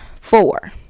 four